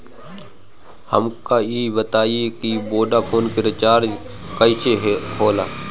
हमका ई बताई कि वोडाफोन के रिचार्ज कईसे होला?